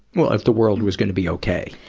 well, if the world was going to be okay,